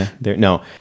No